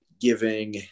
giving